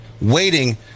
waiting